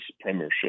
premiership